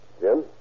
Jim